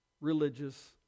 religious